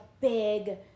big